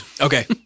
Okay